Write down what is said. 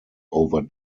over